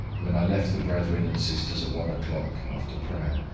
when i left the brethren and sisters at one o'clock, after prayer,